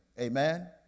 Amen